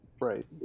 right